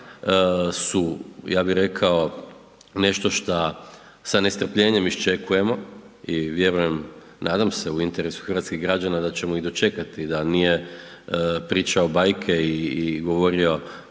su ja bih rekao nešto šta s nestrpljenjem iščekujemo i vjerujem, nadam se u interesu hrvatskih građana da ćemo i dočekati, da nije pričao bajke i govorio